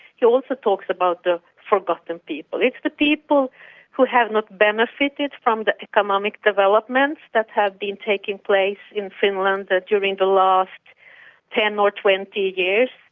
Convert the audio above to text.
he also talks about the forgotten people. it's the people who have not benefited from the economic developments that have been taking place in finland during the last ten or twenty years,